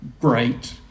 Great